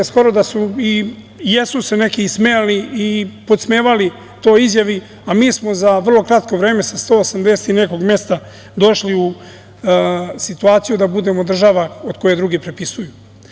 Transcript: Skoro da su, i jesu se neki smejali i podsmevali toj izjavi, a mi smo za vrlo kratko vreme sa 180 i nekog mesta došli u situaciju da budemo država od koje drugi prepisuju.